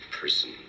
person